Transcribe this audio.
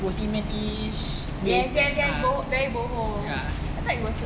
boho-ish lace that kind ya